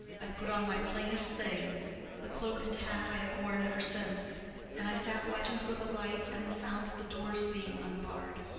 i put on my plainest things the cloak and hat i have worn ever since and i sat watching for the light and the sound of the doors being unbarred.